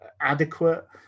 adequate